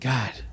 God